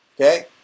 okay